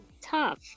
tough